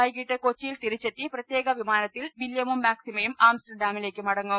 വൈകിട്ട് കൊച്ചിയിൽ തിരിച്ചെത്തി പ്രത്യേകൃപ്പിമാനത്തിൽ വില്യമും മാക്സിമയും ആംസ്റ്റർഡാമിലേക്ക് മുട്ട്ങും